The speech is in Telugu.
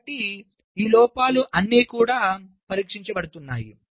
కాబట్టి ఈ లోపాలు అన్ని పరీక్షించబడుతున్నాయి